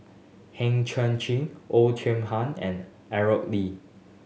Heng Chang Chieh Oei Tiong Ham and Aaro Lee